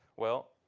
well,